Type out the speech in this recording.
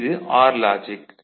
இது or logic